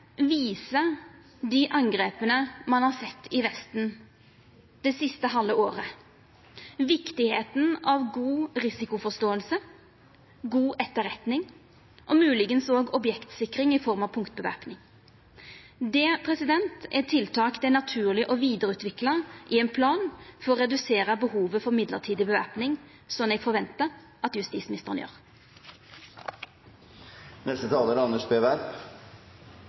viser dei angrepa ein har sett i Vesten det siste halve året, viktigheita av god risikoforståing, god etterretning og moglegvis òg objektsikring i form av punktvæpning. Det er tiltak det er naturleg å vidareutvikla i ein plan for å redusera behovet for mellombels væpning som eg forventar at justisministeren